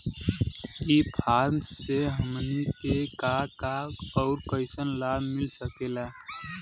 ई कॉमर्स से हमनी के का का अउर कइसन लाभ मिल सकेला?